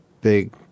big